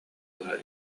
быһа